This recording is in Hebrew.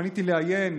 פניתי לעיין,